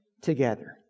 together